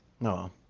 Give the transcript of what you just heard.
no